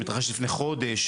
שמתרחש לפני חודש,